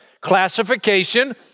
classification